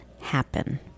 happen